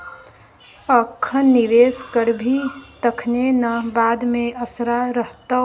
अखन निवेश करभी तखने न बाद मे असरा रहतौ